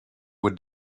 would